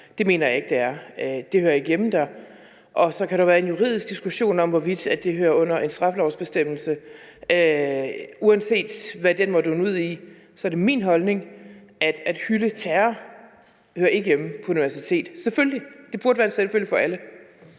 Det mener jeg ikke det er. Det hører ikke hjemme der. Så kan der jo være en juridisk diskussion om, hvorvidt det hører under en straffelovsbestemmelse. Uanset hvad den måtte munde ud i, er det min holdning, at det at hylde terror ikke hører hjemme på et universitet – selvfølgelig; det burde være en selvfølge for alle.